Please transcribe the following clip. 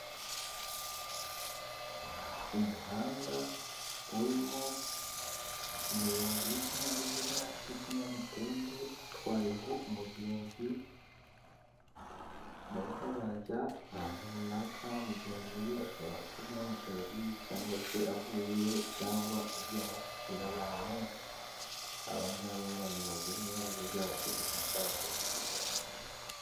Umuhanda urimo umuyobozi w'ikinyabiziga k'ikinyamitende atwayeho umugenzi, barimo barajya ahantu runaka, umugenzi ashobora kuba agiye mu kazi cyangwa se avuyeyo, cyangwa agiye nko gusura abantu aba ngaba b'abayobozi b'ibinyabiziga, bakagufasha bakakugezayo.